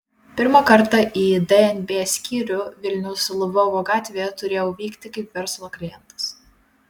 pirmą kartą į dnb skyrių vilniaus lvovo gatvėje turėjau vykti kaip verslo klientas